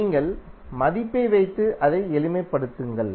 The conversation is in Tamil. நீங்கள் மதிப்பை வைத்து அதை எளிமைப்படுத்துங்கள்